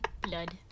Blood